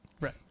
Right